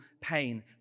pain